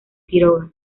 quiroga